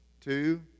Two